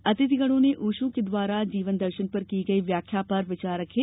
अतिथिगणों ने ओशो के द्वारा जीवन दर्शन पर की गई व्याख्या पर विचार रखे